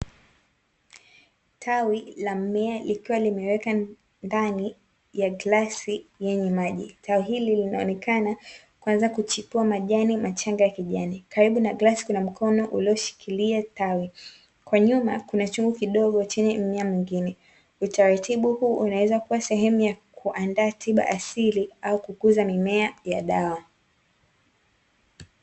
Tawi la mmea ikiwa limewekwa ndani ya glasi yenye maji. Tawi hili linaloonekana kuanza kuchipua majani machanga ya kijani. Karibu na glasi kuna mkono ulioshikilia tawi, kwa nyuma kuna chombo kidogo chenye mmea mwingine. Utaratibu huu unaweza kuwe sehemu ya kuandaa tiba asili au kukuza mimea ya dawa.